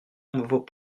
vos